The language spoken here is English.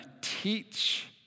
teach